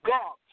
God